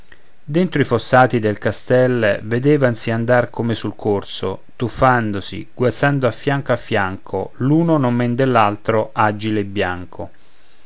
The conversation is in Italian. dentro i fossati del castel vedevansi andar come sul corso tuffandosi guazzando a fianco a fianco l'uno non men dell'altro agile e bianco